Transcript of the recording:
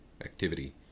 activity